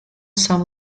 saint